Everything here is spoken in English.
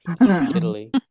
Italy